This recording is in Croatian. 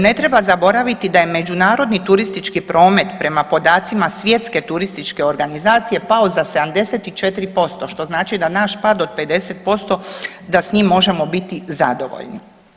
Ne treba zaboraviti da je međunarodni turistički promet podacima Svjetske turističke organizacije pao za 74% što znači da naš pad od 50% da s njim možemo biti zadovoljni.